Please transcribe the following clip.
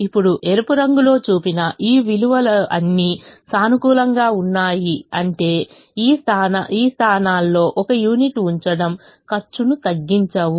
ఇప్పుడు ఎరుపు రంగులో చూపిన ఈ విలువ అన్నీ సానుకూలంగా ఉన్నాయి అంటే ఈ స్థానాల్లో ఒక యూనిట్ ఉంచడం ఖర్చు ను తగ్గించవు